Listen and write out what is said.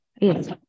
Yes